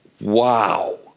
wow